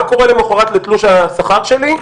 מה קורה למחרת לתלוש השכר שלי?